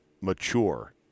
mature